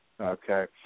Okay